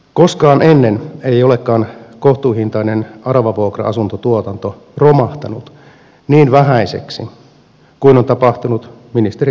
koskaan ennen ei olekaan kohtuuhintainen aravavuokra asuntotuotanto romahtanut niin vähäiseksi kuin on tapahtunut ministeri kiurun kaudella